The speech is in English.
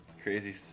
Crazy